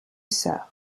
soeur